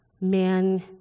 Man